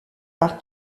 par